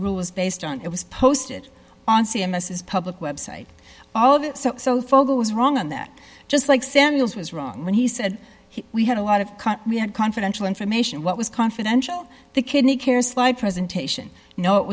rule was based on it was posted on c m s is public website all of it so so father was wrong on that just like samuels was wrong when he said we had a lot of we had confidential information what was confidential the kidney care slide presentation no it